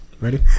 Ready